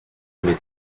m’est